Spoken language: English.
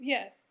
Yes